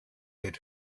had